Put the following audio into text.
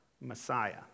Messiah